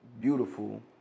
beautiful